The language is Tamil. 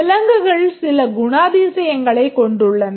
விலங்குகள் சில குணாதிசயங்களைக் கொண்டுள்ளன